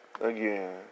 Again